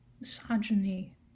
misogyny